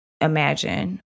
imagine